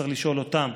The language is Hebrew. צריך לשאול אותם.